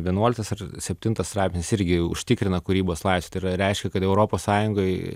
vienuoliktas ar septintas straipsnis irgi užtikrina kūrybos laisvę tai yra reiškia kad europos sąjungoj